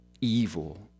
evil